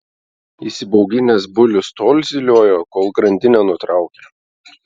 įsibauginęs bulius tol zyliojo kol grandinę nutraukė